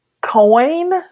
coin